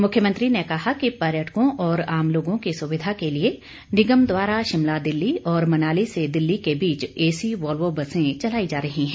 मुख्यमंत्री ने कहा कि पर्यटकों और आम लोगों की सुविधा के लिए निगम द्वारा शिमला दिल्ली और मनाली से दिल्ली के बीच एसी वाल्वो बसें चलाई जा रही हैं